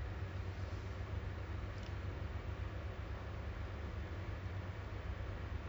uh tapi tengok ah macam mana uh this kind of period macam